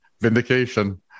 vindication